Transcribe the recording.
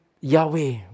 Yahweh